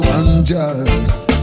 unjust